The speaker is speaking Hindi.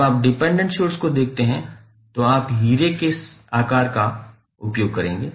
जब आप डिपेंडेंट सोर्स को देखते हैं तो आप हीरे के आकार का उपयोग करेंगे